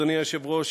אדוני היושב-ראש,